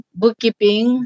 bookkeeping